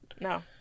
No